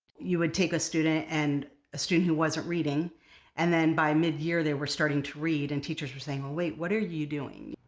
you would take a student and a student who wasn't reading and then by mid-year they were starting to read and teachers were saying well wait, what are you doing?